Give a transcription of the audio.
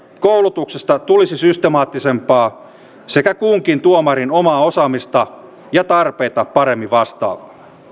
koulutuksesta tulisi systemaattisempaa sekä kunkin tuomarin omaa osaamista ja tarpeita paremmin vastaavaa